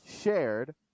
shared